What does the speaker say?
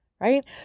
right